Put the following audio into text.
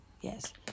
Yes